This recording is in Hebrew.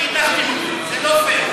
זה לא פייר.